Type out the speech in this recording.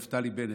נפתלי בנט,